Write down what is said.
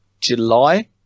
July